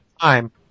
time